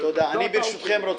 זו הטעות שלי.